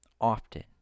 often